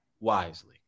wisely